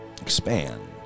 expand